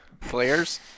players